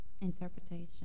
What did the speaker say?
interpretation